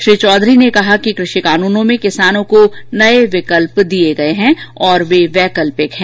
श्री चौधरी ने कहा कि कृषि कानूनों में किसानों को नए विकल्प दिए गए हैं और वे वैकल्पिक हैं